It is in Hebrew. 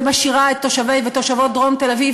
ומשאירה את תושבי ותושבות דרום תל-אביב